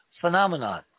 phenomenon